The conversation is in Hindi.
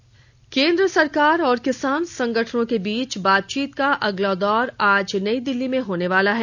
किसान वार्ता केन्द्र सरकार और किसान संगठनों के बीच बातचीत का अगला दौर आज नई दिल्ली में होने वाला है